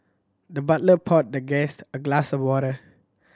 the butler poured the guest a glass of water